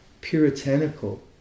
puritanical